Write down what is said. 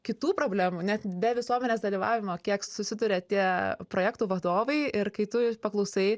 kitų problemų net be visuomenės dalyvavimo kiek susiduria tie projektų vadovai ir kai tu jų paklausai